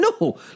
no